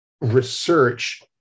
research